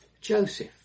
Joseph